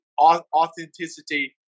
authenticity